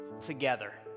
together